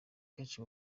kenshi